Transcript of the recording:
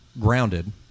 grounded